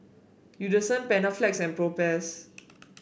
Eucerin Panaflex and Propass